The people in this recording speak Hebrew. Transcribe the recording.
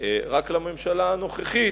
רק לממשלה הנוכחית,